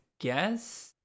guess